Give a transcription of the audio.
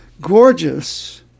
gorgeous